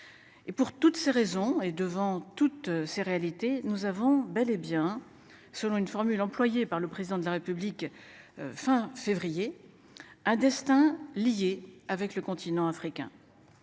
pour toutes ces raisons et devant toutes ces réalités, nous avons bel et bien selon une formule employée par le président de la République. Fin février un destin lié avec le continent africain.